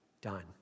done